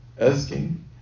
asking